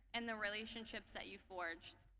and the relationships that you forged.